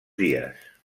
dies